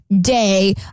day